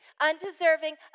undeserving